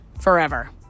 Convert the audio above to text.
Forever